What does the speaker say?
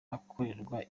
akorerwa